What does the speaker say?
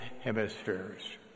hemispheres